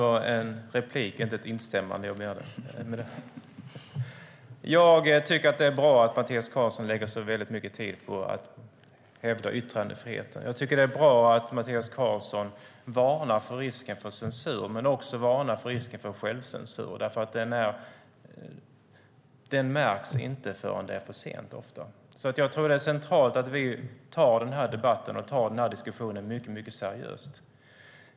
Herr talman! Det är bra att Mattias Karlsson lägger så mycket tid på att hävda yttrandefriheten. Det är bra att Mattias Karlsson varnar för risken för censur men också för risken för självcensur, för den märks ofta inte förrän det är för sent. Det är därför centralt att vi tar denna debatt och diskussion mycket seriöst.